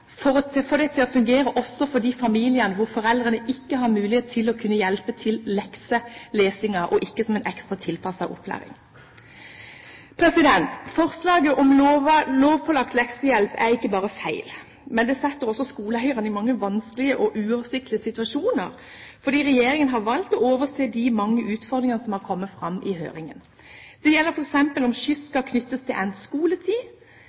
for å få det til å fungere også for de familiene hvor foreldrene ikke har mulighet til å kunne hjelpe til med lekselesingen, og ikke som en ekstra tilpasset opplæring. Forslaget om lovpålagt leksehjelp er ikke bare feil, det setter også skoleeiere i mange vanskelige og uoversiktlige situasjoner fordi regjeringen har valgt å overse de mange utfordringene som har kommet fram i høringen. Det gjelder f.eks. om skyss skal knyttes til endt skoletid,